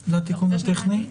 הסבר לתיקון הטכני.